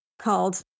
called